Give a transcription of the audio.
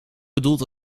bedoelt